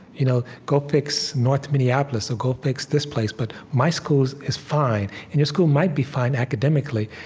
you know go fix north minneapolis, or go fix this place, but my school is fine. and your school might be fine, academically,